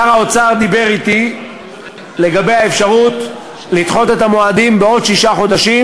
שר האוצר דיבר אתי לגבי האפשרות לדחות את המועדים בעוד שישה חודשים,